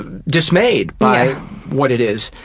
ah dismayed by what it is.